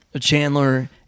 Chandler